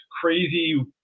crazy